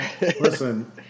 Listen